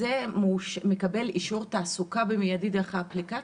ומקבל אישור תעסוקה במיידי דרך האפליקציה?